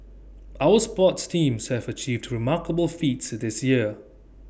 our sports teams have achieved remarkable feats this year